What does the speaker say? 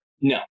no